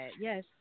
Yes